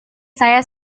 saya